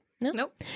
Nope